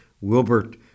Wilbert